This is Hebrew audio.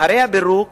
אחרי הפירוק